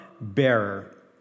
bearer